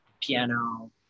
piano